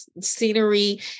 scenery